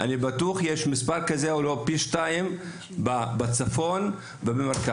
אני בטוח שיש מספר כזה, ואולי כפול, בצפון ובמרכז.